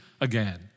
again